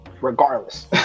regardless